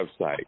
website